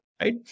right